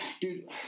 Dude